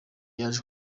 yaje